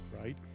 right